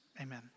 Amen